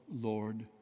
Lord